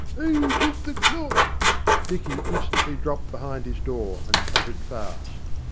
e took the clock dicky instantly dropped behind his door, and shut it fast.